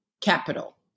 capital